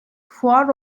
fuar